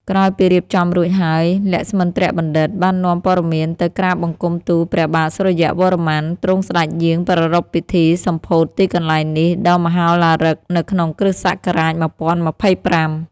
ក្រោយពីរៀបចំរួចហើយ លក្ស្មិន្ទ្របណ្ឌិត បាននាំព័ត៌មានទៅក្រាបបង្គំទូលព្រះបាទសុរ្យវរ្ម័ន ទ្រង់ស្ដេចយាងប្រារព្ធពិធីសម្ពោធទីកន្លែងនេះដ៏មហោឡារិក នៅក្នុងគ.ស. ១០២៥ ។